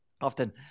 Often